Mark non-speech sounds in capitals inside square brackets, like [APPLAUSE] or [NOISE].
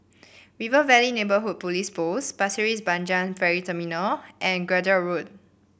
River Valley Neighbourhood Police Post Pasir's Panjang Ferry Terminal and [UNINTELLIGIBLE] Road